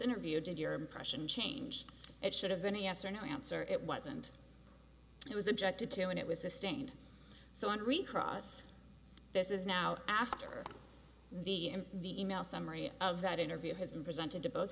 interview did your impression change it should have been a yes or no answer it wasn't it was objected to and it was sustained so in recross this is now after the end the email summary of that interview has been presented to both